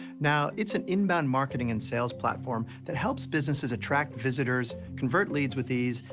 now, it's an inbound marketing and sales platform that helps businesses attract visitors, convert leads with ease,